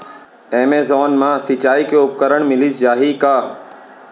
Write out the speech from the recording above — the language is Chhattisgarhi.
एमेजॉन मा सिंचाई के उपकरण मिलिस जाही का?